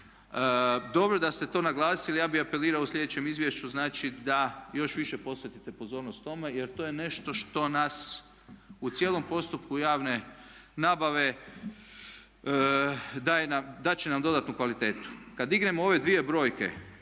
Dobro da ste to naglasili, ja bi apelirao u slijedećem izvješću znači da još više posvetite pozornost tome jer to je nešto što nas u cijelom postupku javne nabave dat će nam dodatnu kvalitetu. Kad dignemo ove dvije brojke